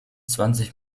zwanzig